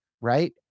right